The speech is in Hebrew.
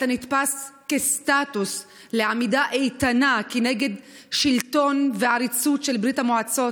אתה נתפס כסטטוס לעמידה איתנה כנגד שלטון ועריצות בברית המועצות.